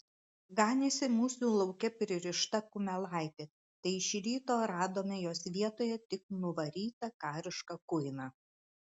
ganėsi mūsų lauke pririšta kumelaitė tai iš ryto radome jos vietoje tik nuvarytą karišką kuiną